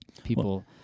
People